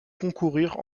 concourir